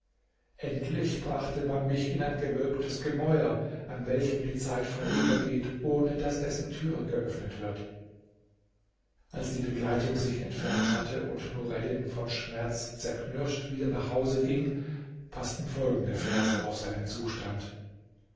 endlich brachte man mich in ein gewölbtes gemäuer an welchem die zeit vorübergeht ohne daß dessen türe geöffnet wird als die begleitung sich entfernt hatte und nureddin von schmerz zerknirscht wieder nach hause ging paßten folgende verse auf seinen zustand